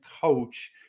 coach